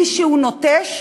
מישהו נוטש,